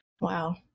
Wow